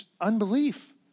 Unbelief